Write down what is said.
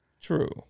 True